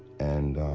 and